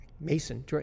Mason